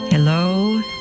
Hello